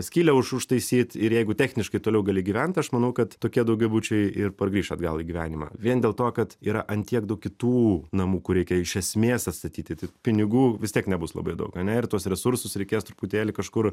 skylę už užtaisyt ir jeigu techniškai toliau gali gyvent aš manau kad tokie daugiabučiai ir pargrįš atgal į gyvenimą vien dėl to kad yra ant tiek daug kitų namų kur reikia iš esmės atstatyti tai pinigų vis tiek nebus labai daug ane ir tuos resursus reikės truputėlį kažkur